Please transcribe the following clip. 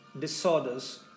disorders